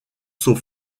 sont